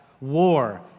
war